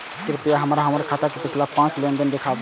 कृपया हमरा हमर खाता के पिछला पांच लेन देन दिखाबू